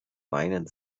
weinen